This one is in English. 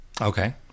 okay